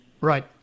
Right